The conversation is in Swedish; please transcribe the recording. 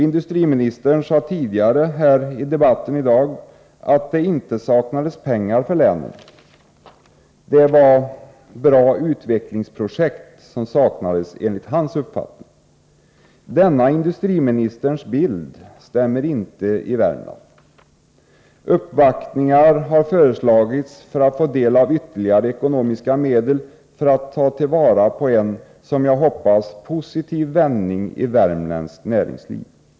Industriministern sade tidigare i debatten i dag att det inte saknas pengar för länen. Det var bra utvecklingsprojekt som saknades enligt hans uppfattning. Denna industriministerns bild stämmer inte med läget i Värmland. Uppvaktningar har föreslagits för att vi skall få del av ytterligare ekonomiska medel och kunna ta vara på en som jag hoppas positiv vändning i värmländskt näringsliv.